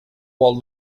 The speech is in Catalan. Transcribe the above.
vol